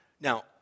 Now